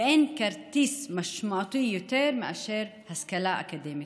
אין כרטיס משמעותי יותר מאשר השכלה אקדמית.